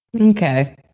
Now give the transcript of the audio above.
Okay